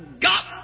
got